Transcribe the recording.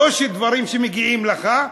לא דברים שמגיעים לך,